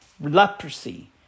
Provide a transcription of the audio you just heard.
leprosy